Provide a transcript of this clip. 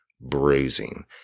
bruising